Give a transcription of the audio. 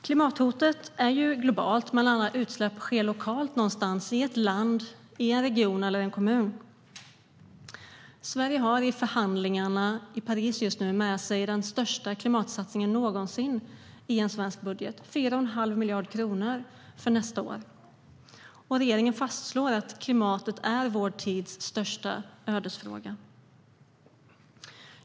Klimathotet är globalt, men alla utsläpp sker lokalt någonstans i ett land, en region eller en kommun. Sverige har i förhandlingarna i Paris just nu med sig den största klimatsatsningen någonsin i en svensk budget. Det är 4,5 miljarder kronor för nästa år. Regeringen fastslår att klimatet är vår tids ödesfråga.